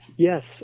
Yes